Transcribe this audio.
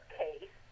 case